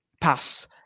pass